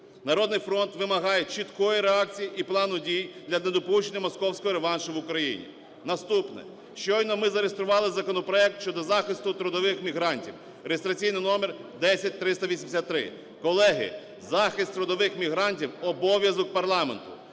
"Народний фронт" вимагає чіткої реакції і плану дій для недопущення московського реваншу в Україні. Наступне. Щойно ми зареєстрували законопроект щодо захисту трудових мігрантів, реєстраційний номер 10383. Колеги, захист трудових мігрантів – обов'язок парламенту.